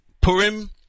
Purim